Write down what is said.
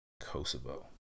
Kosovo